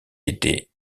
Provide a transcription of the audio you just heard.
était